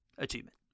Achievement